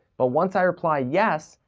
but once i reply, yes,